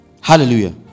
Hallelujah